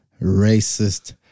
racist